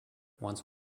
once